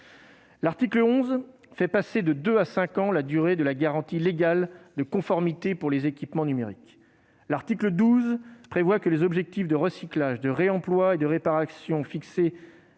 L'article 11 fait passer de deux à cinq ans la durée de la garantie légale de conformité pour les équipements numériques. L'article 12 prévoit que les objectifs de recyclage, de réemploi et de réparation fixés